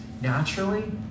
naturally